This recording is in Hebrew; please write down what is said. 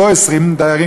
לא 20 דיירים,